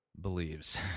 believes